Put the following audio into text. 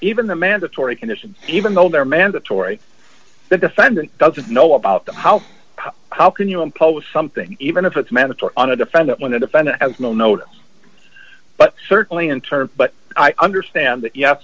even the mandatory condition even though they're mandatory the defendant doesn't know about how how can you impose something even if it's mandatory on a defendant when the defendant has no note but certainly in terms but i understand that yes